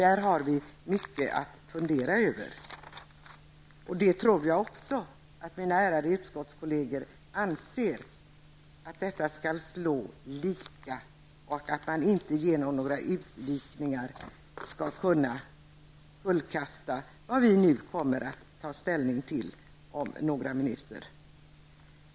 Där har vi mycket att fundera över. Jag tror också att mina ärade utskottskolleger anser att detta skall slå lika och att man inte skall göra några utvikningar som kan kullkasta vad vi nu kommer att ta ställning till om några minuter.